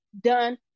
done